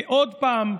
עוד פעם,